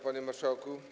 Panie Marszałku!